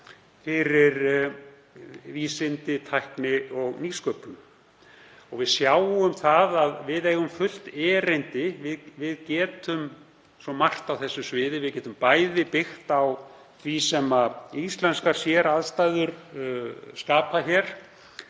fyrir vísindi, tækni og nýsköpun. Við sjáum það að við eigum fullt erindi, við getum svo margt á þessu sviði. Við getum bæði byggt á því sem íslenskar séraðstæður skapa,